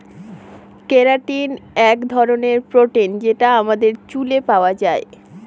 keratin এক ধরনের protein যেটা আমাদের চুলে পাওয়া যায়